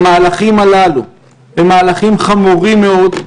המהלכים הללו הם מהלכים חמורים מאוד,